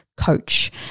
coach